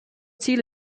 ziel